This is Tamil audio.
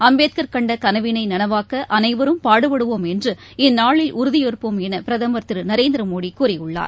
அம்பேத்கர் கண்டகனவினைநனவாக்கஅனைவரும் பாடுபடுவோம் என்று இந்நாளில் உறுதியேற்போம் என்றுபிரதமர் திருநரேந்திரமோடிகூறியுள்ளார்